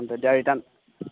যদি ৰিটাৰ্ণ